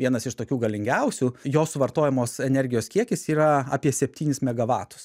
vienas iš tokių galingiausių jo suvartojamos energijos kiekis yra apie septynis megavatus